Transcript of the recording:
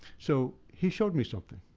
so, he showed me something.